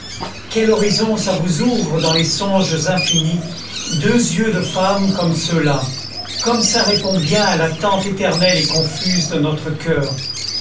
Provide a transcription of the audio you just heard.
quel horizon ça vous ouvre dans les songes infinis deux yeux de femme comme ceux-là comme ça répond bien à l'attente éternelle et confuse de notre coeur